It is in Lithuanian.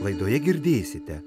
laidoje girdėsite